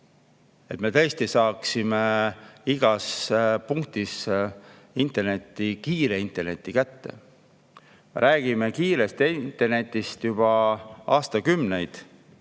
et me tõesti saaksime igas punktis kiire interneti kätte. Me räägime kiirest internetist juba aastakümneid